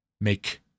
make